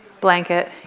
blanket